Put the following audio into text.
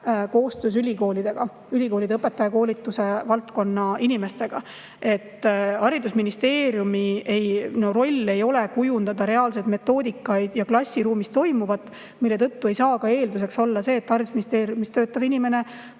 koostöös ülikoolidega, ülikoolide õpetajakoolituse valdkonna inimestega. Haridusministeeriumi roll ei ole kujundada reaalseid metoodikaid ja klassiruumis toimuvat ja seetõttu ei saa ka eelduseks olla see, et haridusministeeriumis töötav inimene